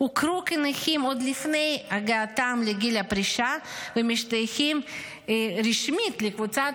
הוכרו כנכים עוד לפני הגעתם לגיל הפרישה ומשתייכים רשמית לקבוצת